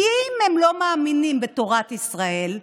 כי אם הם לא מאמינים בתורת ישראל,